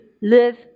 live